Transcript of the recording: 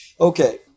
Okay